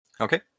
okay